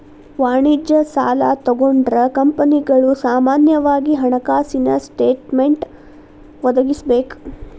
ವಾಣಿಜ್ಯ ಸಾಲಾ ತಗೊಂಡ್ರ ಕಂಪನಿಗಳು ಸಾಮಾನ್ಯವಾಗಿ ಹಣಕಾಸಿನ ಸ್ಟೇಟ್ಮೆನ್ಟ್ ಒದಗಿಸಬೇಕ